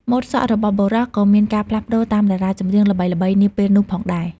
ម៉ូដសក់របស់បុរសក៏មានការផ្លាស់ប្ដូរតាមតារាចម្រៀងល្បីៗនាពេលនោះផងដែរ។